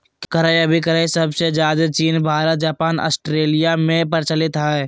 क्रय अभिक्रय सबसे ज्यादे चीन भारत जापान ऑस्ट्रेलिया में प्रचलित हय